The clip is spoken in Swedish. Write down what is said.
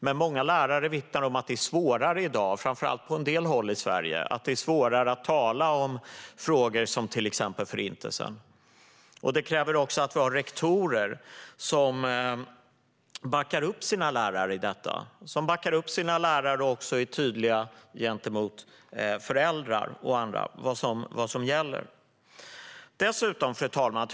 Men många lärare vittnar om att det är svårare i dag att tala om till exempel Förintelsen, framför allt på en del håll i Sverige. Det krävs också att rektorer backar upp sina lärare i detta, och att de är tydliga gentemot föräldrar och andra med vad som gäller. Fru talman!